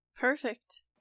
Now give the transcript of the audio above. Perfect